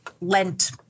lent